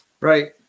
Right